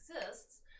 exists